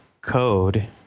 code